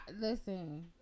listen